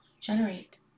generate